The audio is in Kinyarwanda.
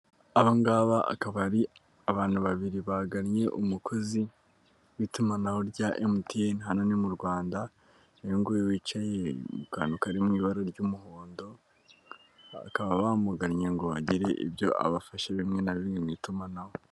Aba ngabo akaba ari abantu babiri bagannye umukozi w'itumanaho rya MTN hano ni mu Rwanda, uyu nguyu wicaye mu kantu kari mu ibara ry'umuhondo bakaba bamugannye ngo agire ibyo abafashe bimwe na bimwe mu itumanaho.